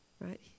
right